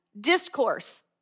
discourse